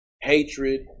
hatred